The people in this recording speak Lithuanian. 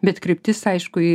bet kryptis aišku